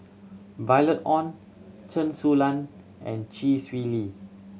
Violet Oon Chen Su Lan and Chee Swee Lee